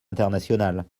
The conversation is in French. international